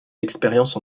l’expérience